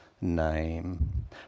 name